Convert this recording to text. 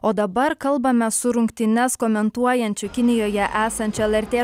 o dabar kalbame su rungtynes komentuojančio kinijoje esančio lrt